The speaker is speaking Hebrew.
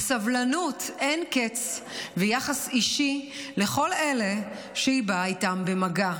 בסבלנות אין-קץ ויחס אישי לכל אלה שהיא באה איתם במגע.